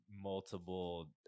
Multiple